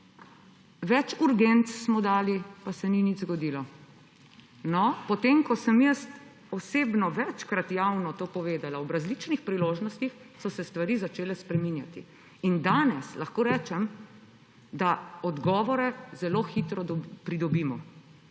Več urgenc smo dali, pa se ni nič zgodilo. No, potem ko sem jaz osebno večkrat javno to povedala ob različnih priložnostih, so se stvari začele spreminjati. In danes lahko rečem, da odgovore zelo hitro pridobimo.